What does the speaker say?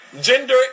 Gender